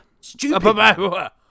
stupid